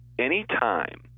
anytime